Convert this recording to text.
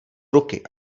ruky